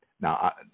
Now